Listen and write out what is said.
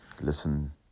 listen